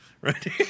Right